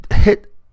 hit